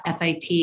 FIT